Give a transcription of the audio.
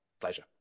Pleasure